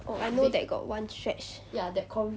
I know that got one stretch